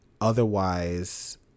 Otherwise